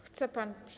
Chce pan?